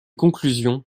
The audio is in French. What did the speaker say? conclusions